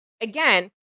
again